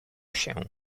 się